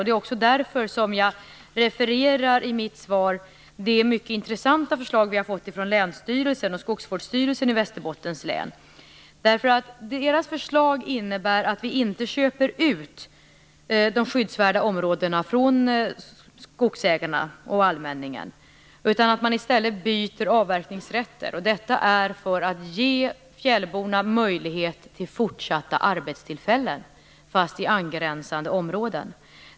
Det är också därför som jag i mitt svar refererar till det mycket intressanta förslag som vi har fått från Länsstyrelsen och från Skogsvårdsstyrelsen i Västerbottens län. Deras förslag innebär nämligen att man inte köper ut de skyddsvärda områdena från skogsägarna och allmänningen, utan att man i stället byter avverkningsrätter. Detta är för att ge fjällborna möjlighet till fortsatta arbetstillfällen, fast i angränsande områden.